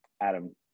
adam